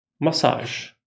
Massage